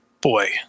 boy